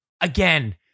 Again